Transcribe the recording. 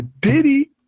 Diddy